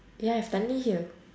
ya it's தண்ணீர்: tannir here